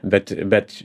bet bet